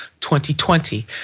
2020